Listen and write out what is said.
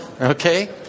Okay